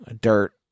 Dirt